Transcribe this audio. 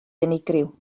unigryw